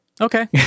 Okay